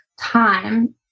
time